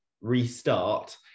restart